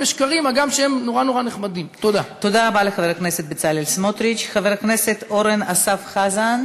אני חוזר חזרה ליסוד תורה מן השמים,